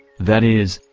that is,